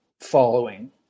following